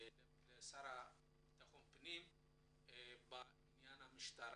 לשר לביטחון פנים בעניין המשטרה.